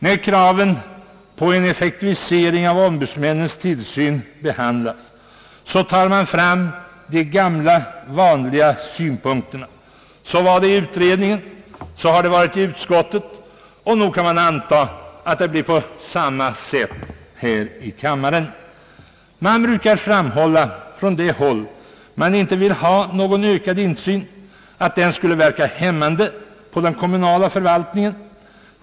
När kraven på en effektivisering av ombudsmännens tillsyn behandlas tar man fram de gamla vanliga synpunkterna; så var det i utredningen, så har det varit i utskottet och nog kan man anta att det blir på samma sätt här i kammaren. Man brukar framhålla från det håll där man inte vill ha någon ökad insyn att den skulle verka hämmande på den kommunala förvaltningen.